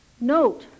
Note